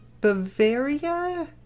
Bavaria